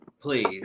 Please